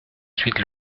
suite